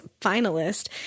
finalist